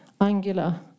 Angela